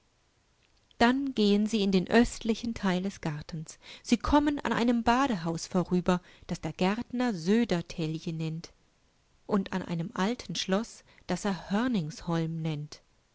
dann gehen sie in den östlichen teil des gartens sie kommen an einem badehaus vorüber das der gärtner södertelje nennt und an einem alten schloß daserhörningsholmnennt hieristübrigensnichtsovielzusehen